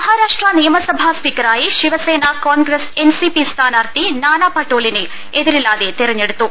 മഹാരാഷ്ട്ര നിയമസഭാ സ്പീക്കറായി ശിവസേന കോൺഗ്ര സ് എൻസിപി സ്ഥാനാർത്ഥി നാനാ് പട്ടോളിനെ എതിരില്ലാതെ തെരഞ്ഞെടുത്തു